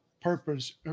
purpose